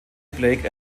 blake